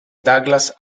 douglas